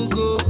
go